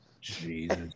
Jesus